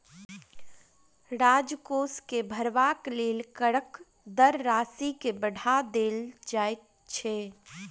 राजकोष के भरबाक लेल करक दर राशि के बढ़ा देल जाइत छै